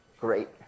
great